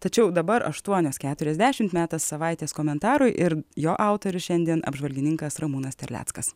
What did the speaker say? tačiau dabar aštuonios keturiasdešim metas savaitės komentarui ir jo autorius šiandien apžvalgininkas ramūnas terleckas